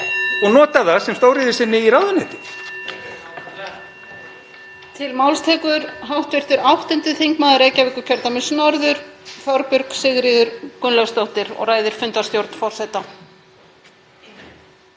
og notar það sem stóriðjusinni í ráðuneyti.